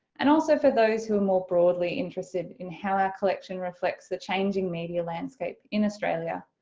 and also for those who are more broadly interested in how our collection reflects the changing media landscape in australia,